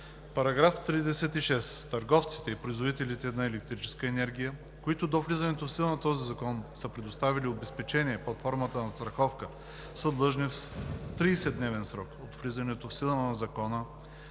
§ 36: „§ 36. Търговците и производителите на електрическа енергия, които до влизането в сила на този закон са предоставили обезпечение под формата на застраховка, са длъжни в 30-дневен срок от влизането в сила на Закона